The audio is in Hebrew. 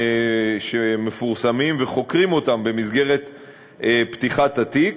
שמתפרסמים וחוקרים אותם במסגרת פתיחת התיק,